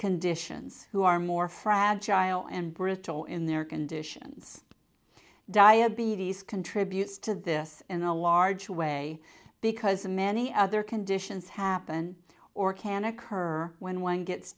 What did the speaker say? conditions who are more fragile and brittle in their conditions diabetes contributes to this in a large way because many other conditions happen or can occur when one gets